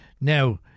Now